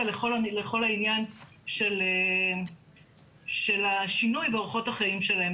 לכל העניין של השינוי באורחות החיים שלהם.